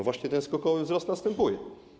Właśnie ten skokowy wzrost następuje.